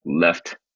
left